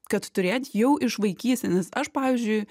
kad turėt jau iš vaikystės nes aš pavyzdžiui